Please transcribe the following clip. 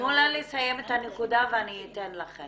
לסיים את הנקודה, ואני אתן לכן.